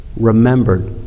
Remembered